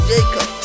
Jacob